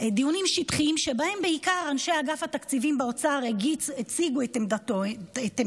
דיונים שטחיים שבהם בעיקר אנשי אגף התקציבים באוצר הציגו את עמדתם,